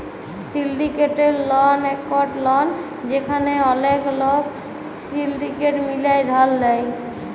syndicated loan একট loan যেখালে ওলেক লক সিলডিকেট মিলায় ধার লেয়